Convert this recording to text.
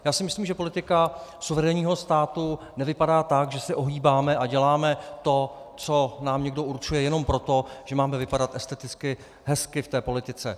Já si myslím, že politika suverénního státu nevypadá tak, že se ohýbáme a děláme to, co nám někdo určuje, jenom proto, že máme vypadat esteticky hezky v té politice.